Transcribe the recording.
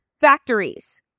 factories